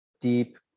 deep